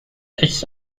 its